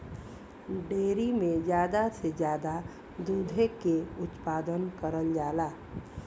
dairy में जादा से जादा दुधे के उत्पादन करल जाला